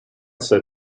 said